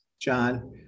John